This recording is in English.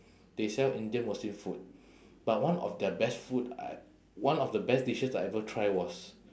they sell indian muslim food but one of their best food I one of the best dishes I ever try was